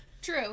True